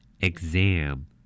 Exam